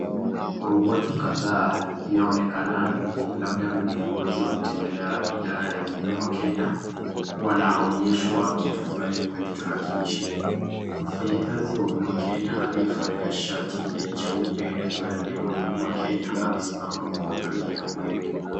Hao watu kadhaa inaonekana ni labda viongozi wametembela idara ya Huduma Kenya wanaonyeshwa kitu fulani kwenye tarakilishi. Mfanyikazi wa Huduma Kenya aliyevalia shati la cheupe na ikiwa ni Huduma Kenya amesimama kumwangalia huyu.